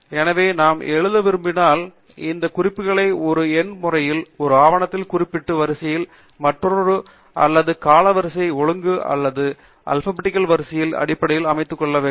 எனவே நாம் எழுத விரும்பினால் இந்த குறிப்புகளை ஒரு எண் முறையில் ஒரு ஆவணத்தில் குறிப்பிட்டுள்ள வரிசையில் மற்றொன்று அல்லது காலவரிசை ஒழுங்கு அல்லது அல்பாபெட்டிகள் வரிசையில் அடிப்படையில் அமைத்துக்கொள்ள வேண்டும்